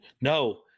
no